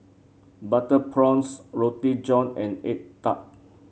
Butter Prawns Roti John and egg tart